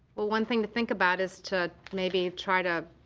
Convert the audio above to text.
well, one thing to think about is to maybe try to